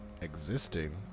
existing